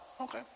Okay